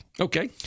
Okay